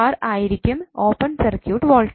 ആയിരിക്കും open circuit voltage